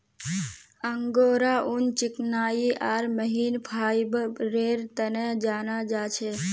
angora ऊन चिकनाई आर महीन फाइबरेर तने जाना जा छे